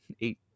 eight